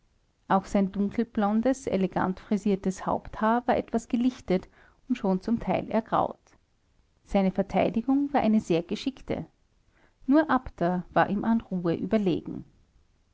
auch sein dunkelblondes elegant frisiertes haupthaar war etwas gelichtet und schon zum teil ergraut seine verteidigung war eine sehr geschickte nur abter war ihm an ruhe überlegen